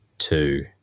two